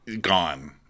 Gone